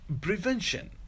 prevention